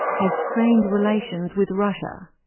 has strained relations with russia.